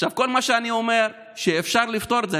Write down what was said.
עכשיו, כל מה שאני אומר זה שאפשר לפתור את זה.